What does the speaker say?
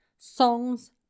songs